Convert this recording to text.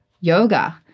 yoga